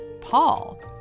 Paul